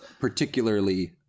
particularly